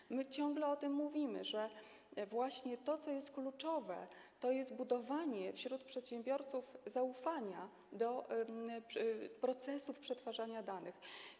I my ciągle o tym mówimy - że właśnie to, co jest kluczowe, to jest budowanie wśród przedsiębiorców zaufania do procesów przetwarzania danych.